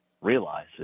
realize